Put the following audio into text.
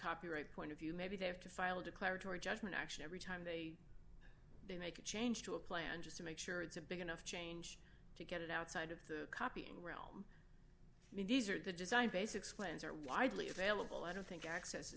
copyright point of view maybe they have to file a declaratory judgment action every time they make a change to a plan just to make sure it's a big enough change to get it outside of the copying realm i mean these are the design basics plans are widely available i don't think access